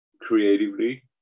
creatively